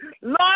Lord